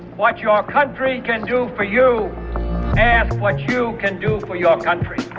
what your ah country can do for you ask what you can do for your country.